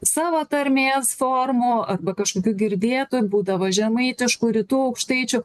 savo tarmės formų arba kažkokių girdėtų ir būdavo žemaitiškų rytų aukštaičių